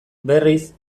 berriz